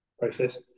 process